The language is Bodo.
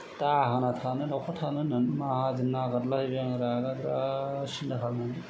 दाहोना थानो लावखार थानो होननानै माहाजोन नागिरलाहैबाय आं रागाजों बिराद सिन्था खालामनानै